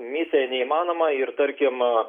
misija neįmanoma ir tarkim